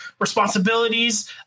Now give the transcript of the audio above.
responsibilities